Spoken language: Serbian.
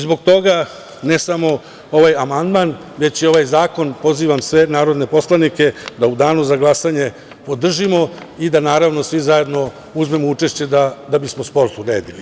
Zbog toga, ne samo ovaj amandman, već i ovaj zakon, pozivam sve narodne poslanike da u danu za glasanje podržimo i da svi zajedno uzmemo učešće da bismo sport uredili.